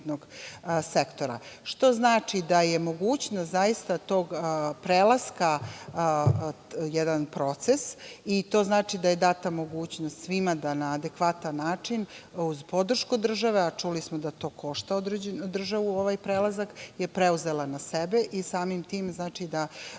što znači da je mogućnost zaista tog prelaska jedan proces. To znači da je data mogućnost svima da na adekvatan način uz podršku države, a čuli smo da to košta država ovaj prelazak, je preuzela na sebe i samim tim znači da